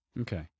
okay